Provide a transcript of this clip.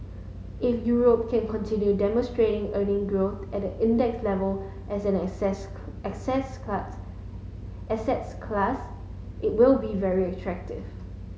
if Europe can continue demonstrating earning growth at index level as an asset asset cat asset class it will be very attractive